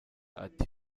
ati